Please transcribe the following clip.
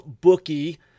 bookie